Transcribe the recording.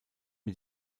mit